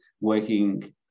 working